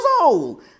old